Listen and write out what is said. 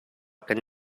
kan